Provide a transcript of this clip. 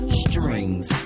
strings